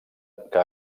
que